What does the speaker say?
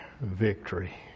victory